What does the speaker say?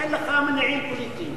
אין לך מניעים פוליטיים,